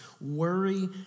Worry